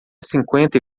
cinquenta